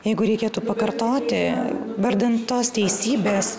jeigu reikėtų pakartoti vardan tos teisybės